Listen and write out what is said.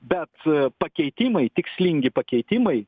bet pakeitimai tikslingi pakeitimai